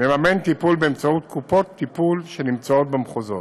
מממן טיפול באמצעות קופות טיפול שנמצאות במחוזות.